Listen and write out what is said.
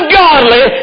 godly